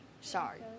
Sorry